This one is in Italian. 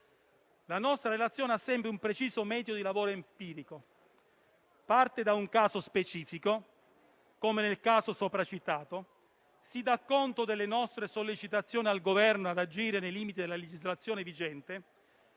La nostra relazione ha sempre un preciso metodo di lavoro empirico: parte da un caso specifico, come quello sopracitato e dà conto delle nostre sollecitazioni al Governo ad agire nei limiti della legislazione vigente.